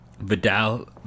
Vidal